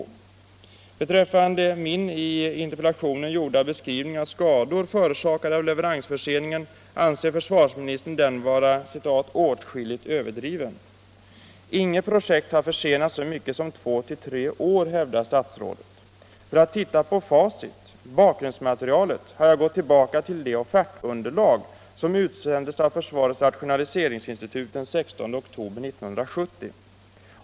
Beträffande min i interpellationen gjorda beskrivning av skador förorsakade av leveransförseningen anser försvarsministern den vara ”åt 219 skilligt överdriven”. Inget projekt har försenats så mycket som två tre år, hävdar statsrådet. För att titta på facit, bakgrundsmaterialet, har jag gått tillbaka till ett offertunderlag som utsändes av försvarets rationaliseringsinstitut den 16 oktober 1970.